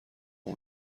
اون